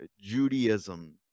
judaism